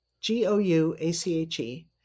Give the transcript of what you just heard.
G-O-U-A-C-H-E